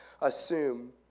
assume